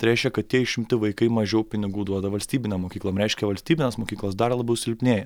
tai reiškia kad tie išimti vaikai mažiau pinigų duoda valstybinę mokyklą reiškia valstybines mokyklas dar labiau silpnėja